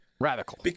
radical